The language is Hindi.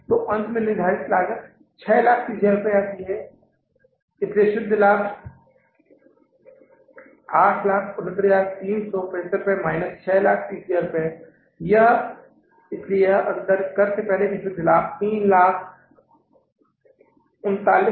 तो अंत में यह निर्धारित लागत 630000 रुपये है इसलिए शुद्ध लाभ 869375 माइनस 630000 है इसलिए यह अंतर है कर से पहले शुद्ध लाभ 239375 है